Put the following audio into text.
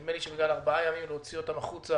נדמה לי שלהוציא אותם החוצה